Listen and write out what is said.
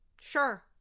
sure